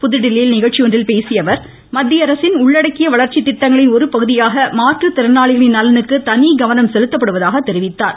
புதுதில்லியில் நிகழ்ச்சி ஒன்றில் பேசிய அவர் மத்தியஅரசின் உள்ளடக்கிய வளர்ச்சி திட்டங்களின் ஒரு பகுதியாக மாற்றுத் திறனாளிகளின் நலனுக்கு தனி கவனம் செலுத்தப்படுவதாக தெரிவித்தார்